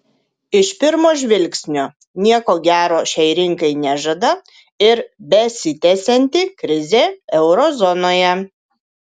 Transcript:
iš pirmo žvilgsnio nieko gero šiai rinkai nežada ir besitęsianti krizė euro zonoje